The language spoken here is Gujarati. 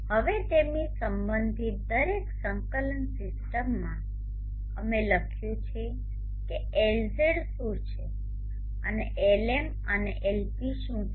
હવે તેમની સંબંધિત દરેક સંકલન સીસ્ટમઓમાં અમે લખ્યું છે કે Lz શું છે અને Lm અને Lp શું છે